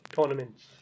tournaments